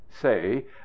say